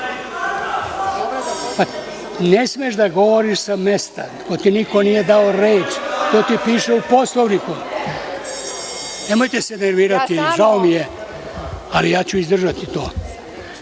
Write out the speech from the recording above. smeš da govoriš sa mesta, ako ti niko nije dao reč. To ti piše u Poslovniku. Nemojte se nervirati, žao mi je, ali ja ću izdržati